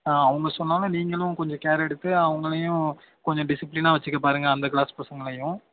ஆ அவங்க சொன்னாலும் நீங்களும் கொஞ்சம் கேரெடுத்து அவங்களையும் கொஞ்சம் டிசிப்பிலீனா வச்சுக்க பாருங்க அந்த க்ளாஸ் பசங்களையும்